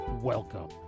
Welcome